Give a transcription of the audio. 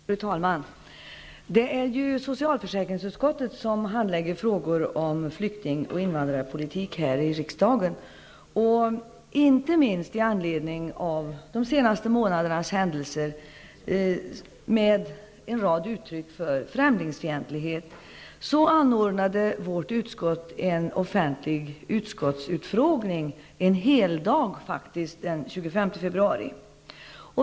Fru talman! Det är socialförsäkringsutskottet som handlägger frågor om flykting och invandrarpolitik här i riksdagen. Inte minst i anledning av de senaste månadernas händelser, med en rad uttryck för främlingsfientlighet, anordnade vårt utskott en offentlig utskottsutfrågning en heldag, den 25 februari.